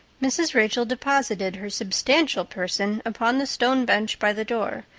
mrs. rachel deposited her substantial person upon the stone bench by the door,